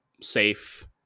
safe